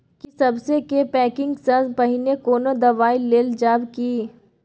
की सबसे के पैकिंग स पहिने कोनो दबाई देल जाव की?